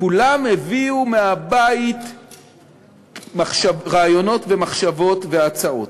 כולם הביאו מהבית רעיונות ומחשבות והצעות.